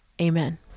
amen